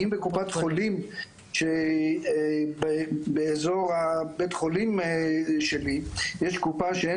אם בקופת חולים באזור בית החולים שלי יש קופה שאין